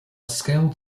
scaled